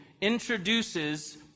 introduces